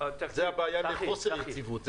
זו הבעיה לחוסר יציבות,